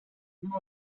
you